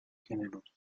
generosa